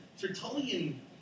Tertullian